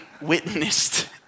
witnessed